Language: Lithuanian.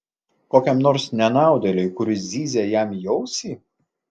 kokiam nors nenaudėliui kuris zyzia jam į ausį